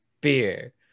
beer